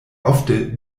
ofte